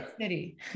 city